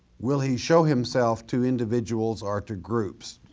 will he show himself to individuals or to groups?